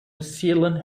zealand